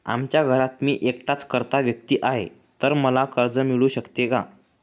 आमच्या घरात मी एकटाच कर्ता व्यक्ती आहे, तर मला कर्ज मिळू शकते का?